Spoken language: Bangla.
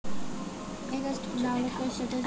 সেচের যন্ত্রপাতি কেনার জন্য কি প্রকল্পে সহায়তা পাব?